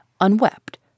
unwept